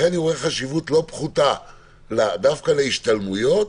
לכן אני רואה חשיבות לא פחותה דווקא להשתלמויות.